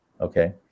okay